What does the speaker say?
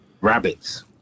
Rabbits